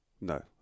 no